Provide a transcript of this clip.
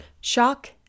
Shock